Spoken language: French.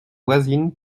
voisine